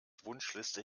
wunschliste